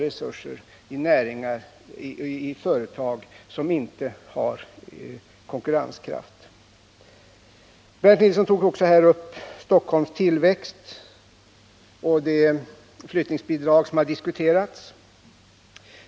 Bernt Nilsson tog också upp Stockholms tillväxt och det flyttningsbidrag som har diskuterats.